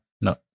No